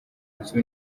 nzu